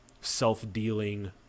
self-dealing